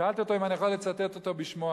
שאלתי אותו אם אני יכול לצטט אותו בשמו.